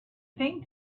think